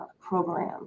program